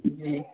जी